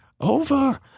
over